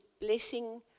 blessing